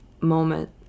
moment